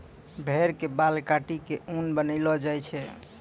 भेड़ के बाल काटी क ऊन बनैलो जाय छै